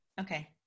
okay